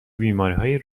بیماریهای